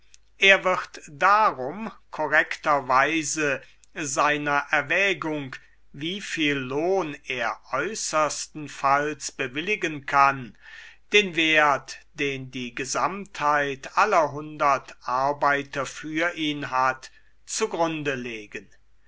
er wird darum korrekterweise seiner erwägung wie viel lohn er äußerstenfalls bewilligen kann den wert den die gesamtheit aller hundert arbeiter für ihn hat zu grunde legen